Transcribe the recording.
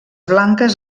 blanques